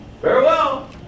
Farewell